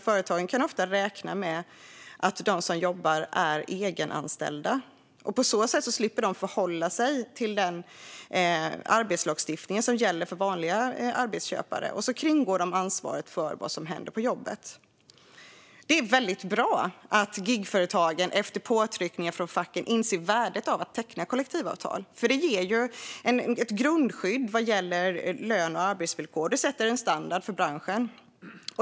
Företagen kan ofta räkna med att de som jobbar är egenanställda. På så sätt slipper företagen förhålla sig till den arbetslagstiftning som gäller för vanliga arbetsköpare. På det sättet kringgår de ansvaret för vad som händer på jobbet. Det är bra att gigföretagen efter påtryckningar från facken inser värdet av att teckna kollektivavtal. Det ger ett grundskydd vad gäller lön och arbetsvillkor. Det sätter en standard för branschen.